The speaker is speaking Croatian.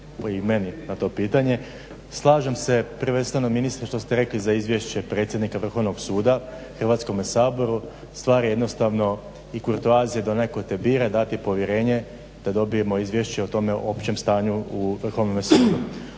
i meni na to pitanje. Slažem se prvenstveno ministre što ste rekli za izvješće predsjednika Vrhovnog suda Hrvatskome saboru. Stvar je jednostavno i kurtoazije da onaj tko te bira dati povjerenje da dobijemo izvješće o tome općem stanju u Vhovnome sudu.